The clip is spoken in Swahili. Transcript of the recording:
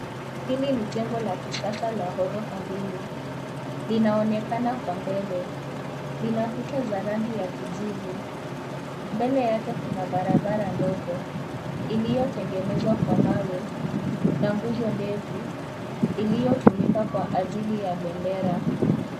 Hili ni jengo la kisasa ya orofa mbili. linaonekana kwa mbele. Lina kuta za rangi ya kijivu, mbele yake kuna barabara ndogo iliyotengenezwa kwa mawe na nguzo ndefu, iliyotengenezwa kwa ajili ya bendera.